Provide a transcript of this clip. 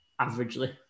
averagely